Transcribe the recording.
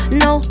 no